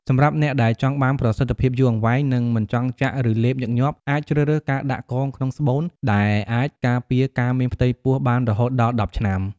សម្រាប់អ្នកដែលចង់បានប្រសិទ្ធភាពយូរអង្វែង និងមិនចង់ចាក់ឬលេបញឹកញាប់ អាចជ្រើសរើសការដាក់កងក្នុងស្បូន ដែលអាចការពារការមានផ្ទៃពោះបានរហូតដល់ ១០ ឆ្នាំ។